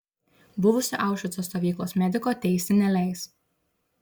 buvusio aušvico stovyklos mediko teisti neleis